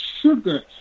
sugar